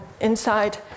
inside